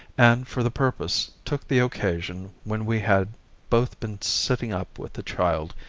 and for the purpose took the occasion when we had both been sitting up with a child,